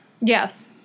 yes